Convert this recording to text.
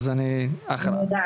השאלה,